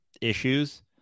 issues